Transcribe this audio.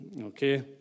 Okay